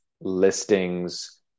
listings